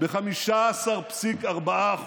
ב-15.4%.